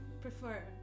prefer